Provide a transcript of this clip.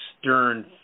stern